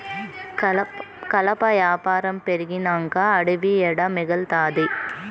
కలప యాపారం పెరిగినంక అడివి ఏడ మిగల్తాది